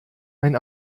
mein